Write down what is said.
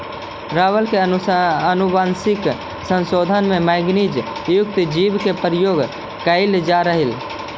rubber के आनुवंशिक संशोधन में मैगनीज युक्त जीन के प्रयोग कैइल जा हई